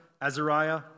Azariah